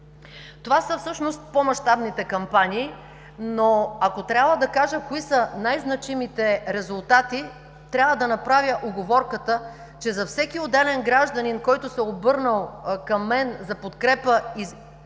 Това са всъщност пό мащабните кампании, но ако трябва да кажа кои са най-значимите резултати, трябва да направя уговорката, че за всеки отделен гражданин, който се е обърнал към мен за подкрепа и за